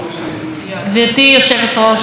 אדוני השר,